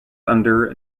under